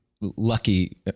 lucky